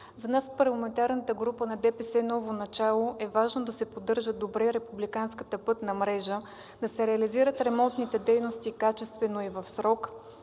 За нас от парламентарната група на „ДПС – Ново начало“ е важно да се поддържа добре републиканската пътна мрежа, да се реализират ремонтните дейности качествено и в срок,